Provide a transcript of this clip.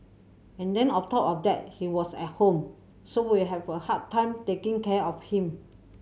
and then of top of that he was at home so we have a hard time taking care of him